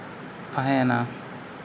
ᱛᱟᱦᱮᱱᱟ